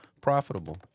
profitable